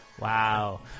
Wow